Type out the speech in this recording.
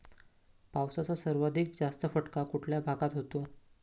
पावसाचा सर्वाधिक जास्त फटका कुठल्या भागात होतो?